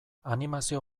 animazio